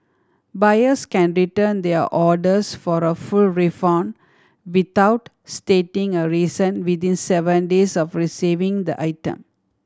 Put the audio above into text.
buyers can return their orders for a full refund without stating a reason within seven days of receiving the item